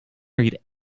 married